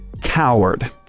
Coward